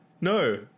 No